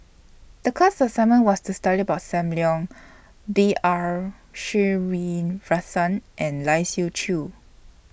The class assignment was to study about SAM Leong B R Sreenivasan and Lai Siu Chiu